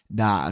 da